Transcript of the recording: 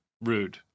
rude